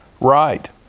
right